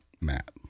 Matt